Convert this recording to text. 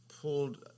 pulled